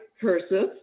cursive